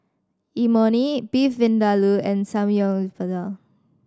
Imoni Beef Vindaloo and